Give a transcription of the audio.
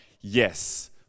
Yes